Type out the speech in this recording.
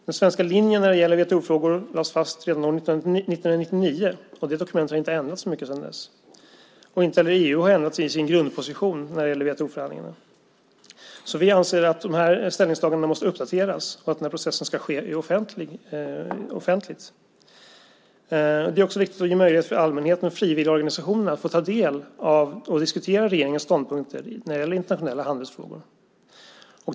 Den svenska linjen när det gäller WTO-frågor lades fast redan år 1999, och det dokumentet har inte ändrats så mycket sedan dess. Inte heller EU har ändrat sig i sin grundposition när det gäller WTO-förhandlingarna. Vi anser att dessa ställningstaganden måste uppdateras och att denna process ska ske offentligt. Det är också viktigt att ge möjlighet för allmänheten och frivilligorganisationerna att ta del av och diskutera regeringens ståndpunkter när det gäller internationella handelsfrågor.